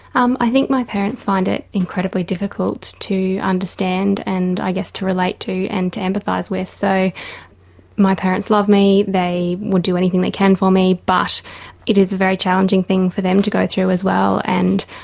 um i think my parents find it incredibly difficult to understand and i guess to relate to and to and emphasise ah with. so my parents love me, they would do anything they can for me but it is a very challenging thing for them to go through as well and